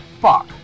fuck